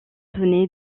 donné